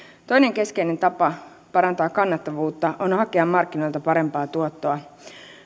toinen keskeinen tapa parantaa kannattavuutta on hakea markkinoilta parempaa tuottoa